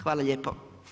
Hvala lijepo.